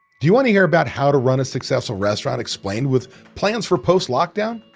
do you want to hear about how to run a successful restaurant explained with plans for post-lockdown?